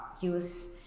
use